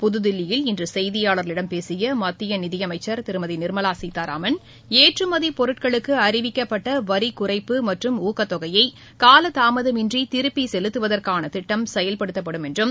புதுதில்லியில் இன்று செய்தியாளர்களிடம் பேசிய மத்திய நிதியமைச்சர் திருமதி நிர்மவா சீதாராமன் ஏற்றுமதி பொருட்களுக்கு அறிவிக்கப்பட்ட வரிக்குறைப்பு மற்றும் ஊக்கத்தொகையை காலதாமதமின்றி திருப்பி செலுத்துவதற்கான திட்டம் செயல்படுத்தப்படும் என்றம்